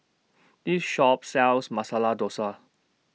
This Shop sells Masala Dosa